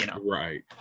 Right